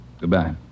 Goodbye